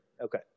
Okay